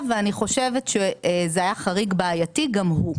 ואני חושבת שזה היה חריג בעייתי גם הוא.